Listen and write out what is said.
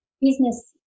business